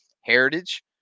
Heritage